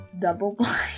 double-blind